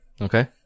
Okay